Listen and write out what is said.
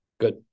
Good